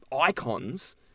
icons